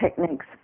techniques